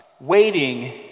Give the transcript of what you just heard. Waiting